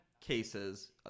cases